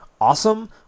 awesome